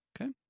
Okay